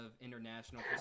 international